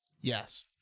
Yes